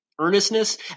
earnestness